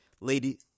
Lady